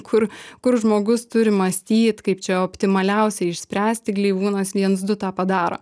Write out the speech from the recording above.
kur kur žmogus turi mąstyt kaip čia optimaliausiai išspręsti gleivūnas viens du tą padaro